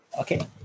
Okay